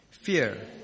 Fear